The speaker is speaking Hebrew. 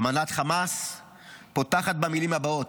אמנת חמאס פותחת במילים הבאות: